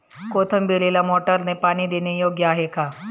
कोथिंबीरीला मोटारने पाणी देणे योग्य आहे का?